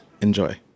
Enjoy